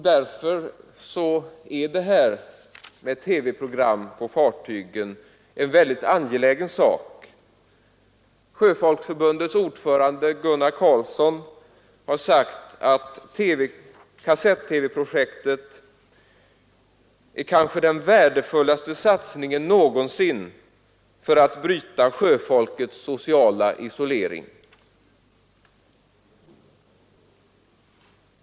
Därför är detta med TV-program på fartygen en mycket angelägen sak. Sjöfolksförbundets ordförande Gunnar Karlsson har sagt att kassett-TV-projektet ”kanske är den värdefullaste satsningen som någonsin gjorts för att bryta sjöfolkets sociala isolering”.